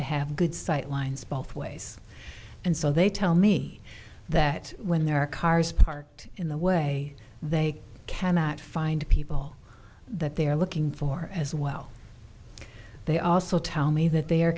to have good sightlines both ways and so they tell me that when there are cars parked in the way they cannot find people that they're looking for as well they also tell me that they are